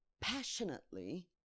passionately